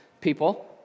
people